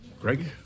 Greg